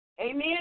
Amen